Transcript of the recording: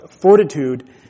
fortitude